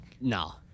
no